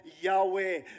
Yahweh